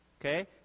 Okay